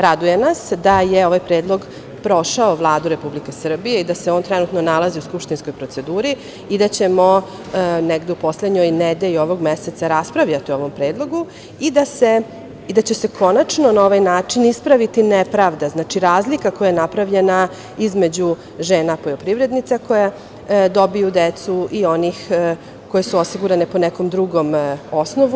Raduje nas da je ovaj predlog prošao Vladu Republike Srbije i da se on trenutno nalazi u skupštinskoj proceduri i da ćemo negde u poslednjoj nedelji ovog meseca raspravljati o ovom predlogu i da će se konačno na ovaj način ispraviti nepravda, znači razlika koja je napravljena između žena poljoprivrednica koje dobiju decu i onih koje su osigurane po nekom drugom osnovu.